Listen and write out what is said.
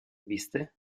viste